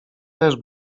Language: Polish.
też